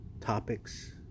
Topics